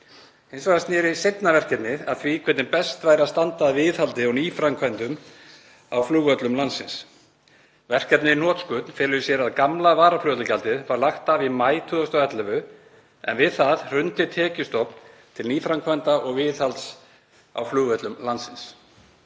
Hins vegar sneri seinna verkefnið að því hvernig best væri að standa að viðhaldi og nýframkvæmdum á flugvöllum landsins. Verkefnið í hnotskurn kemur til af því að gamla varaflugvallagjaldið var lagt af í maí 2011 en við það hrundi tekjustofn til nýframkvæmda og viðhalds á flugvöllum landsins.